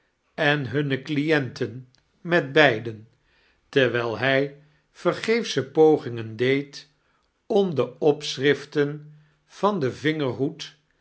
en hunne clienten met beiiden terwijl hij vergeefsche pogingem deed om de opsehmiften vain den vingerhoed